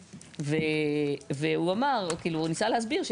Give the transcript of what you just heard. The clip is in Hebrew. התוכניות ושכבות של אזמדים שנמצא באתרים,